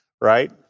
right